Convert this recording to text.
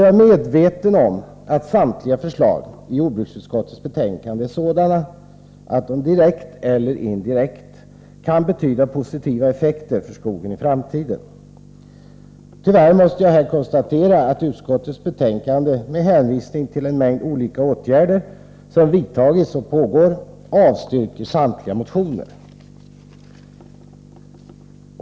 Jag är medveten om att samtliga förslag i jordbruksutskottets betänkande är sådana att de direkt eller indirekt kan betyda positiva effekter för skogen i framtiden. Tyvärr måste jag konstatera att utskottet, med hänvisning till en mängd olika åtgärder som har vidtagits och pågår, avstyrker samtliga motioner.